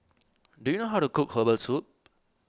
do you know how to cook Herbal Soup